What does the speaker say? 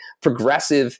progressive